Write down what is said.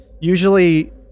usually